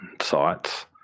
sites